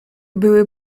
były